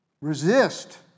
Resist